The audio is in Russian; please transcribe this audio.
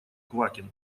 квакин